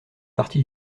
partie